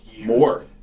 More